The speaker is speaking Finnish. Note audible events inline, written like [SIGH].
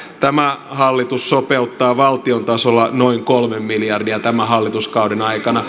tämä hallitus sopeuttaa valtion tasolla noin kolme miljardia tämän hallituskauden aikana [UNINTELLIGIBLE]